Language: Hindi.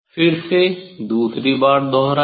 फिर से दूसरी बार दोहराए